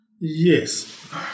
Yes